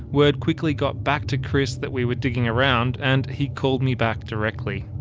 word quickly got back to chris that we were digging around, and he called me back directly.